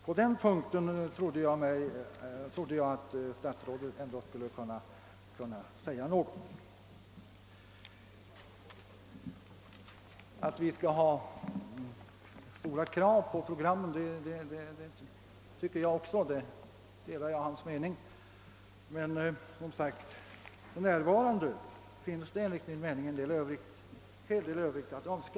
På den punkten trodde jag att statsrådet ändå skulle kunna säga något. Att vi skall ha stora krav på programmen tycker jag också. Därvidlag delar jag hans mening. Men för närvarande finns det, som sagt, en hel del övrigt att önska.